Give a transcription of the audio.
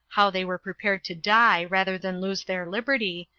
how they were prepared to die rather than lose their liberty,